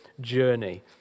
journey